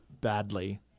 badly